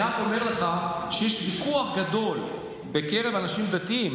אני רק אומר לך שיש ויכוח גדול בקרב אנשים דתיים.